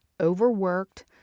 overworked